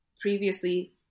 previously